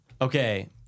Okay